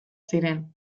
ziren